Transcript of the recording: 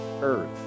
earth